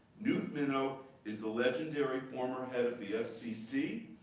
newt minow is the legendary former head of the fcc,